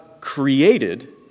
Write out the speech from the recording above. created